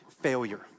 failure